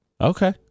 Okay